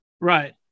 Right